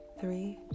three